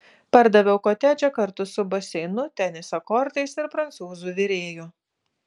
pardaviau kotedžą kartu su baseinu teniso kortais ir prancūzų virėju